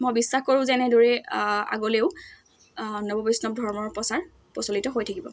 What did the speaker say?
মই বিশ্বাস কৰোঁ যে এনেদৰেই আগলৈও নৱ বৈষ্ণৱ ধৰ্মৰ প্ৰচাৰ প্ৰচলিত হৈ থাকিব